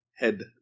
head